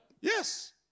Yes